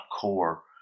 core